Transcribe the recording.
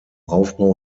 aufbau